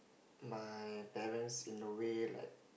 my parents in the way like